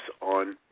on